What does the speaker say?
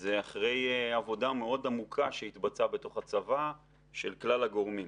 זה אחרי עבודה מאוד עמוקה שהתבצעה בתוך הצבא של כלל הגורמים.